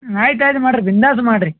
ಆಯ್ತು ಆಯ್ತು ಮಾಡಿರಿ ಬಿಂದಾಸ್ ಮಾಡಿರಿ